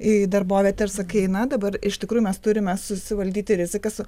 į darbovietę ir sakai na dabar iš tikrųjų mes turime susivaldyti rizikas